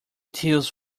tills